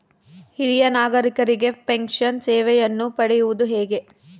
ಹಿರಿಯ ನಾಗರಿಕರಿಗೆ ಪೆನ್ಷನ್ ಸೇವೆಯನ್ನು ಪಡೆಯುವುದು ಹೇಗೆ?